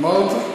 הוא אמר את זה.